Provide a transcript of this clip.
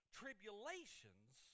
tribulations